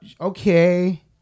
Okay